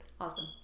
Awesome